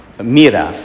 mira